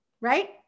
right